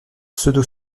pseudo